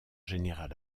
général